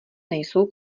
nejsou